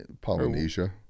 polynesia